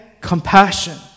compassion